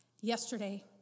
yesterday